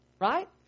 Right